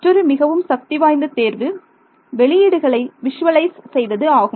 மற்றொரு மிகவும் சக்திவாய்ந்த தேர்வு வெளியீடுகளை விஷுவலைஸ் செய்வது ஆகும்